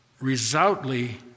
resolutely